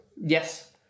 Yes